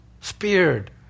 speared